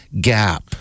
gap